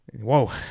Whoa